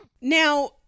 Now